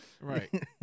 Right